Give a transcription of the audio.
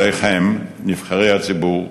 עליכם, נבחרי הציבור,